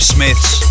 Smith's